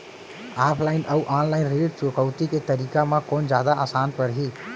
Offline अऊ online ऋण चुकौती के तरीका म कोन जादा आसान परही?